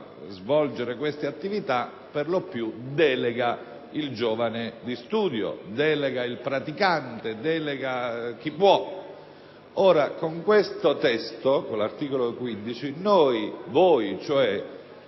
svolgere queste attività per lo più delega il giovane di studio, delega il praticante, delega chi può. Con il testo dell'articolo 15, noi, stabiliamo